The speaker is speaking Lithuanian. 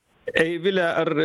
eivile ar